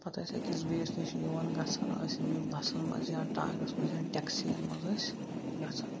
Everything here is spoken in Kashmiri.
پتہٕ ٲسۍ أکِس بیٚیِس نِش یِوان گژھان ٲسۍ یِمنے بَسن منٛز یا ٹانگنس منٛز یا ٹیکسِین منٛز ٲسۍ گژھان